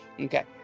Okay